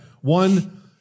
One